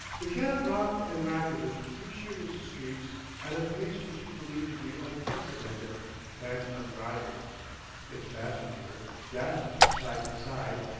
the cab rocked and racketed through sheerness' streets at a pace which is believed to be unprecedented and unrivaled its passenger, dashed from side to side,